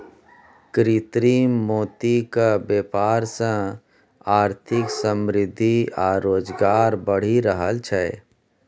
कृत्रिम मोतीक बेपार सँ आर्थिक समृद्धि आ रोजगार बढ़ि रहल छै